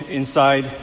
inside